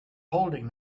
holding